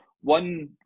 one